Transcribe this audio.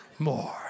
More